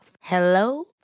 Hello